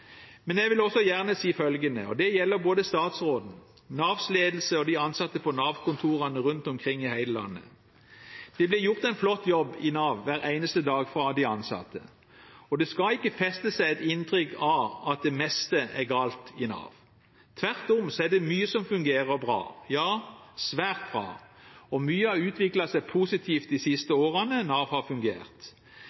Men jeg vil også gjerne si følgende, og det gjelder både statsråden, Navs ledelse og de ansatte på Nav-kontorene rundt omkring i hele landet: Det blir gjort en flott jobb i Nav hver eneste dag fra de ansatte, og det skal ikke feste seg et inntrykk av at det meste er galt i Nav. Tvert om er det mye som fungerer bra, ja, svært bra, og mye har utviklet seg positivt de siste årene Nav har fungert.